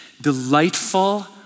delightful